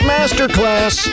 Masterclass